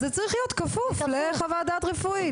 אז זה צריך להיות כפוף לחוות דעת רפואית,